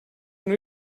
new